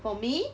for me